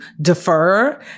defer